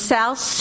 South